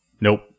Nope